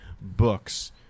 books